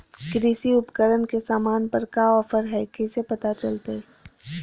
कृषि उपकरण के सामान पर का ऑफर हाय कैसे पता चलता हय?